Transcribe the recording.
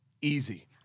easy